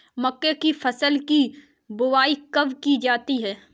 मक्के की फसल की बुआई कब की जाती है?